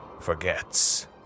forgets